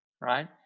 right